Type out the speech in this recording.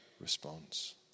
response